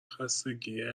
خستگی